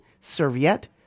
Serviette